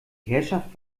herrschaft